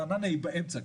רעננה היא באמצע,